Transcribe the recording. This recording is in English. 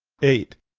eight.